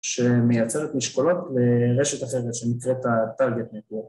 ‫שמייצרת משקולות לרשת אחרת ‫שמציעה את ה target network.